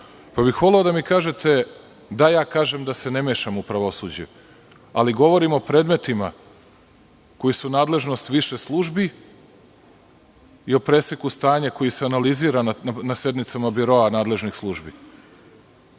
pa bih voleo da mi kažete da ja kažem da se ne mešam u pravosuđe. Govorim o predmetima koji su nadležnost više službi i o preseku stanja koje se analizira na sednicama biroa nadležnih službi.